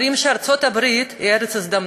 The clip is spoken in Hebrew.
אומרים שארצות-הברית היא ארץ ההזדמנויות,